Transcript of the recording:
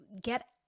get